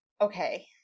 Okay